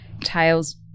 Tails